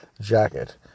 jacket